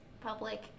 public